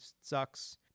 sucks